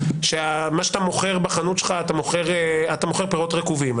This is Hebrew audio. שאתה מוכר בחנות שלך אתה מוכר פירות רקובים.